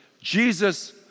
Jesus